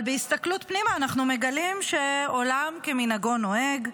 אבל בהסתכלות פנימה אנחנו מגלים שעולם כמנהגו נוהג,